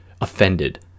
offended